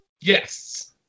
yes